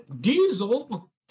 diesel